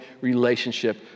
relationship